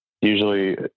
Usually